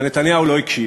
אבל נתניהו לא הקשיב.